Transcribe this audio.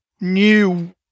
new